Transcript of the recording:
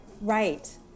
Right